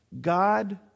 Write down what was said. God